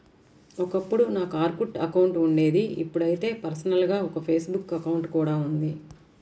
ఒకప్పుడు నాకు Orkut account ఉండేది ఇప్పుడైతే పర్సనల్ గా ఒక ఫేస్ బుక్ అకౌంట్ కూడా ఉంది